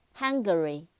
hungary